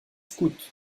scouts